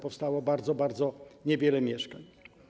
Powstało bardzo, bardzo niewiele mieszkań.